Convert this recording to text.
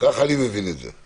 כך אני מבין את זה.